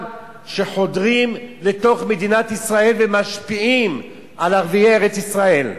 שחודרים לתוך מדינת ישראל ומשפיעים על ערביי ארץ-ישראל.